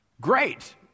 Great